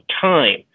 time